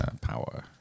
Power